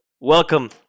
welcome